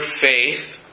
faith